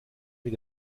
mit